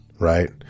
right